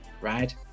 right